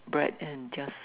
bread and just